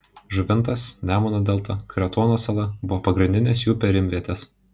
žuvintas nemuno delta kretuono sala buvo pagrindinės jų perimvietės